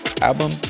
album